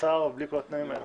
קצר ובלי כל התנאים האלה.